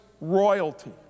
royalty